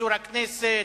פיזור הכנסת,